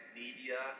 media